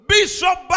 Bishop